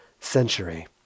century